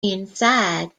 inside